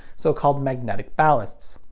so-called magnetic ballasts.